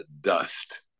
dust